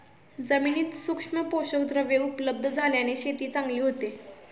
जमिनीत सूक्ष्म पोषकद्रव्ये उपलब्ध झाल्याने शेती चांगली होते